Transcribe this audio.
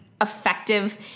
effective